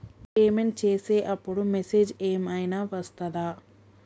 Payment చేసే అప్పుడు message ఏం ఐనా వస్తదా?